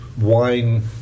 wine